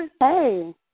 Hey